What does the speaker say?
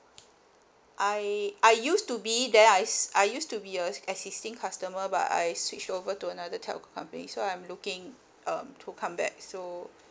I I used to be then I I used to be a existing customer but I switch over to another telco company so I'm looking um to come back so